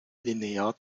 linear